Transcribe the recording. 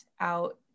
out